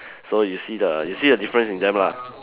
so you see the you see the difference in them lah